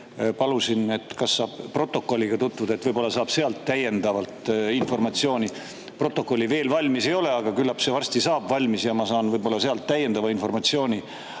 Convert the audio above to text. ja palusin, kas saab protokolliga tutvuda, et võib-olla saab sealt täiendavalt informatsiooni. Protokoll veel valmis ei ole, aga küllap see varsti saab valmis ja ma saan sealt ehk täiendavat informatsiooni.